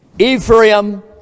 Ephraim